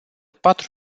patru